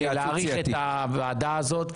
כדי להאריך את הוועדה הזאת,